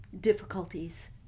difficulties